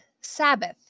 Sabbath